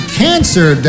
cancer